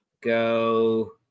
go